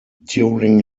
during